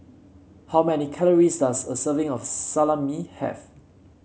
how many calories does a serving of Salami have